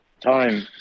time